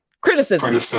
Criticism